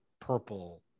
purple